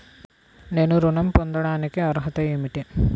నేను ఋణం పొందటానికి అర్హత ఏమిటి?